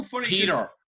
Peter